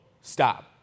stop